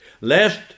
lest